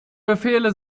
befehle